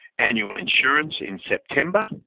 annual insurance in september,